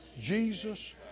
Jesus